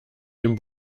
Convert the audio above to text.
dem